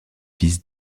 fils